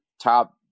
top